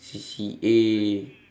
C_C_A